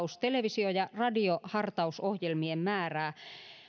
televisio ja radiohartausohjelmien määrää